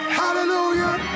hallelujah